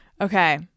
Okay